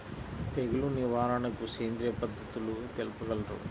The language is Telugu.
తెగులు నివారణకు సేంద్రియ పద్ధతులు తెలుపగలరు?